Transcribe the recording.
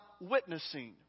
witnessing